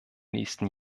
nächsten